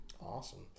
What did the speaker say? Awesome